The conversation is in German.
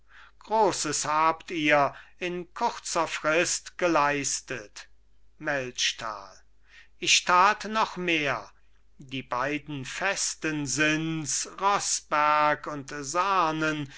grosses habt ihr in kurzer frist geleistet melchtal ich tat noch mehr die beiden festen sind's rossberg und